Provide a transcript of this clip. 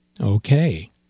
Okay